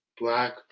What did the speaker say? black